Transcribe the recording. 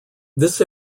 this